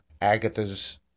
Agatha's